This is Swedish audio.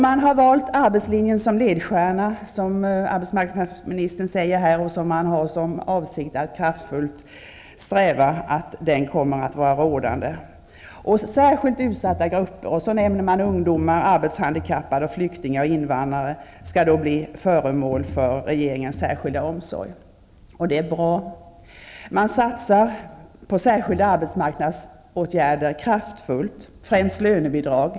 Man har valt arbetslinjen som ledstjärna, som arbetsmarknadsministern här säger. Dessutom är avsikten att verkligen sträva efter att denna linje blir den rådande. Särskilt utsatta grupper -- ungdomar, arbetshandikappade, flyktingar och invandrare nämns -- skall bli föremål för regeringens särskilda omsorg. Det är bra. Man satsar kraftfullt på särskilda arbetsmarknadspolitiska åtgärder. Främst gäller det lönebidragen.